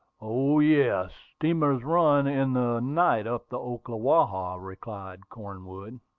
o, yes steamers run in the night up the ocklawaha, replied cornwood.